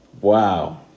Wow